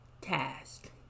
task